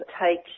take